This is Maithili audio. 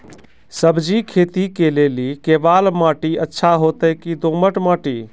सब्जी खेती के लेली केवाल माटी अच्छा होते की दोमट माटी?